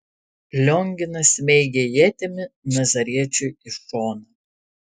lionginas smeigė ietimi nazariečiui į šoną